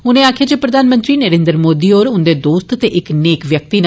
उनें आखेआ जे प्रघानमंत्री नरेन्द्र मोदी होर उंदे दोस्त ते इक मलेमानस व्यक्ति न